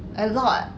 a lot